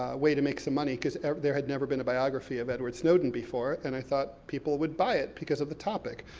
way to make some money, because there had never been a biography of edward snowden before, and i thought people would buy it, because of the topic.